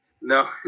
No